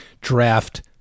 draft